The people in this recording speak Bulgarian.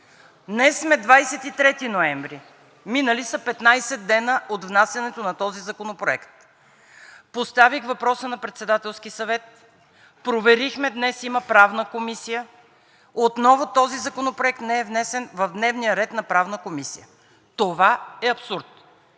Днес сме 23 ноември – минали са 15 дни от внасянето на този законопроект. Поставих въпроса на Председателския съвет. Проверихме – днес има Правна комисия. Отново този законопроект не е внесен в дневния ред на Правната комисия. Това е абсурд.